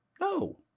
No